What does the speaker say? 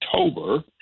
October